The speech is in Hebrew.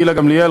גילה גמליאל,